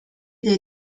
dei